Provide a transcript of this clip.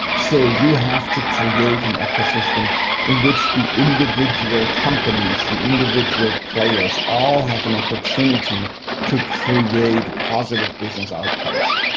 so you have to create an ecosystem in which the individual companies, the individual players, all have an opportunity to create positive business outcomes.